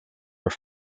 were